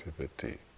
activity